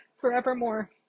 forevermore